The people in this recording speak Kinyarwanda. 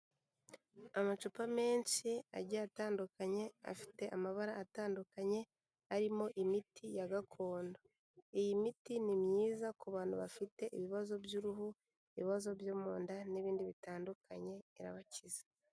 Amacupa menshi agiye atandukanye afite amabara atandukanye arimo imiti ya gakondo. Iyi miti ni myiza ku bantu bafite ibibazo by'uruhu, ibibazo byo mu nda n'ibindi bitandukanye irabakiza.